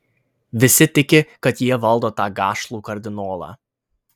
visi tiki kad jie valdo tą gašlų kardinolą